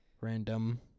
Random